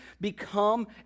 become